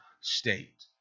state